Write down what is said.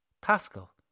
Pascal